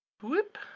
whoop